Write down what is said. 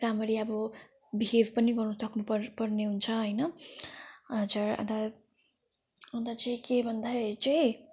राम्ररी अब बिहेभ पनि गर्नु सक्नु पर पर्ने हुन्छ होइन हजुर अन्त अन्त चाहिँ के भन्दाखेरि चाहिँ